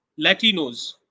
Latinos